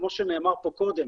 כמו שנאמר פה קודם,